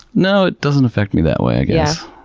no, it doesn't affect me that way i guess.